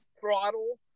throttle